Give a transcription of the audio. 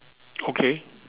okay